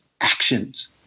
actions